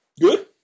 Good